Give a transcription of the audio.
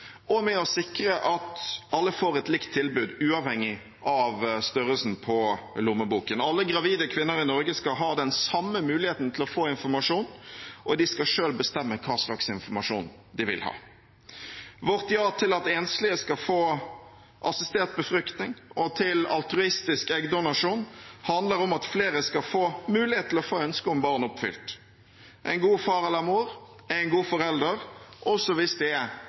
og i å sikre at alle får et likt tilbud, uavhengig av størrelsen på lommeboken. Alle gravide kvinner i Norge skal ha den samme muligheten til å få informasjon, og de skal selv bestemme hva slags informasjon de vil ha. Vårt ja til at enslige skal få assistert befruktning, og til altruistisk eggdonasjon handler om at flere skal få mulighet til å få ønsket om barn oppfylt. En god far eller mor er en god forelder, også hvis det er